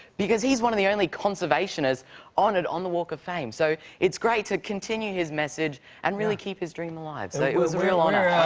because he's one of the only conservationists honored on the walk of fame. so it's great to continue his message and really keep his dream alive. so it was a real honor. yeah, i